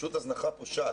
פשוט הזנחה פושעת,